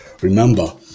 Remember